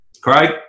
Craig